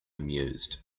amused